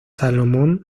salomón